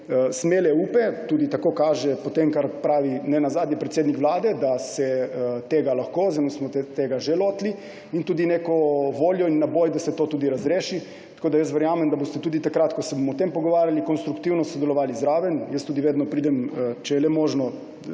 smele upe, tudi tako kaže po tem, kar pravi nenazadnje predsednik vlade, da smo se tega že lotili in tudi neko voljo in naboj, da se to tudi razreši. Jaz verjamem, da boste tudi takrat, ko se bomo o tem pogovarjali, konstruktivno sodelovali zraven. Jaz tudi vedno pridem, če je le možno,